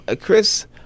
Chris